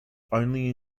only